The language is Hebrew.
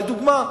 לדוגמה,